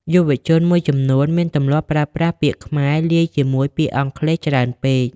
យុវជនមួយចំនួនមានទម្លាប់ប្រើប្រាស់ពាក្យខ្មែរលាយជាមួយពាក្យអង់គ្លេសច្រើនពេក។